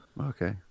Okay